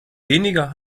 weniger